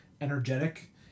energetic